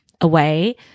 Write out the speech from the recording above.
away